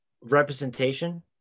representation